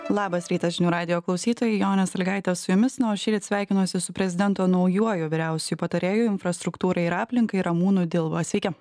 labas rytas žinių radijo klausytojai jonė salygaitė su jumis na o šįryt sveikinuosi su prezidento naujuoju vyriausiuoju patarėju infrastruktūrai ir aplinkai ramūnu dilba sveiki